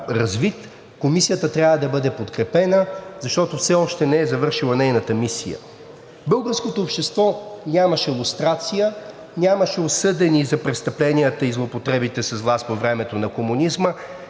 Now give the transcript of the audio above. Комисията трябва да бъде подкрепена, защото все още не е завършила нейната мисия. Българското общество нямаше лустрация, нямаше осъдени за престъпленията и злоупотребите с власт по времето на комунизма,